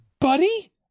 Buddy